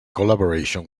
collaboration